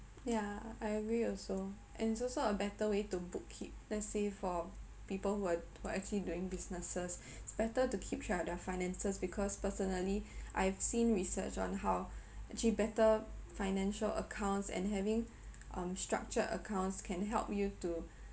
yeah I agree also and it's also a better way to bookkeep let's say for people who are who are actually doing businesses it's better to keep track of their finances because personally I've seen research on how actually better financial accounts and having um structured accounts can help you to